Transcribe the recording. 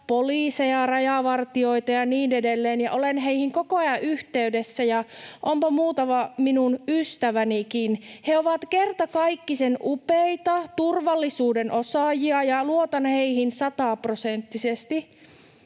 poliiseja ja rajavartijoita ja niin edelleen — ja olen heihin koko ajan yhteydessä, ja onpa muutama minun ystävänikin. He ovat kertakaikkisen upeita turvallisuuden osaajia, ja luotan heihin sataprosenttisesti.